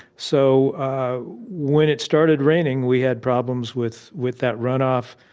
so when it started raining, we had problems with with that runoff.